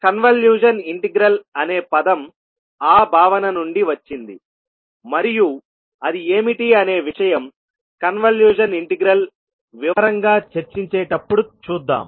convolution integral అనే పదం ఆ భావన నుండి వచ్చింది మరియు అది ఏమిటి అనే విషయం కన్వల్యూషన్ ఇంటిగ్రల్ వివరంగా చర్చించేటప్పుడు చూద్దాం